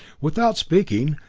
without speaking,